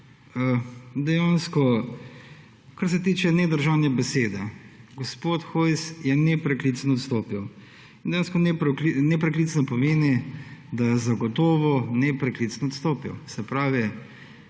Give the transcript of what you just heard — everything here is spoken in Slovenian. dejansko, kar se tiče nedržanja besede. Gospod Hojs je nepreklicno odstopil. Dejansko nepreklicno pomeni, da je zagotovo nepreklicno odstopil. Se pravi,